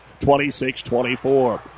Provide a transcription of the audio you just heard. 26-24